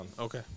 Okay